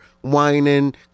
whining